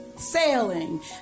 Sailing